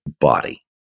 body